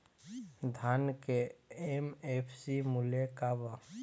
धान के एम.एफ.सी मूल्य का बा?